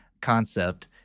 concept